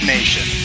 Nation